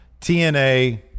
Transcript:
TNA